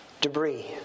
debris